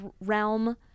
realm